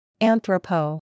Anthropo